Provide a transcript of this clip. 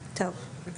הבא.